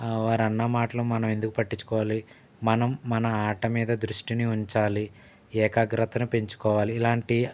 వారన్నమాటలు మనమెందుకు పట్టించుకోవాలి మనం మన ఆట మీద దృష్టిని ఉంచాలి ఏకాగ్రతని పెంచుకోవాలి ఇలాంటి